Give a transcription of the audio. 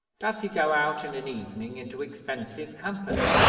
does he go out in an evening into expensive company?